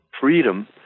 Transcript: freedom